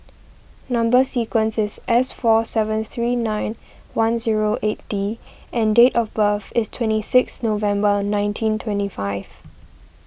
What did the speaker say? Number Sequence is S four seven three nine one zero eight D and date of birth is twenty six November nineteen twenty five